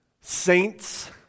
Saints